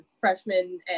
freshmen